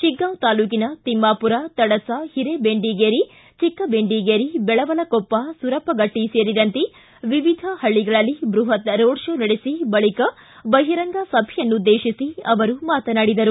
ಶಿಗ್ಗಾಂವ ತಾಲೂಕಿನ ತಿಮ್ನಾಪುರ ತಡಸ ಹಿರೇಬೆಂಡಿಗೇರಿ ಚಿಕ್ಕಬೆಂಡಿಗೇರಿ ಬೆಳವಲಕೊಪ್ಪ ಸುರಪಗಟ್ಟ ಸೇರಿದಂತೆ ವಿವಿಧ ಹಳ್ಳಗಳಲ್ಲಿ ಬೃಹತ್ ರೋಡ ಶೋ ನಡೆಸಿ ಬಳಿಕ ಬಹಿರಂಗ ಸಭೆಯನ್ನು ಉದ್ದೇಶಿಸಿ ಅವರು ಮಾತನಾಡಿದರು